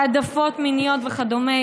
העדפות מיניות וכדומה,